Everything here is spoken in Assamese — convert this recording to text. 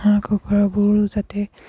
হাঁহ কুকুৰাবোৰো যাতে